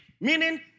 meaning